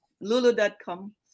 lulu.com